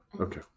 Okay